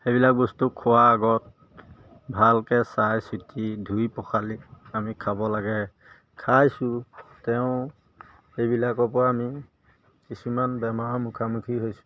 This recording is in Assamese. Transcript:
সেইবিলাক বস্তু খোৱাৰ আগত ভালকৈ চাইচিতি ধুই পখালি আমি খাব লাগে খাইছোঁ তেওঁ সেইবিলাকৰপৰা আমি কিছুমান বেমাৰৰ মুখামুখি হৈছোঁ